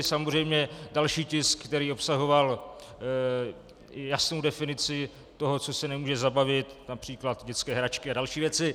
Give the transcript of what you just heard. Samozřejmě další tisk, který obsahoval jasnou definici toho, co se nemůže zabavit, například dětské hračky a další věci.